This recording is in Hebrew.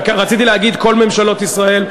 רציתי להגיד כל ממשלות ישראל,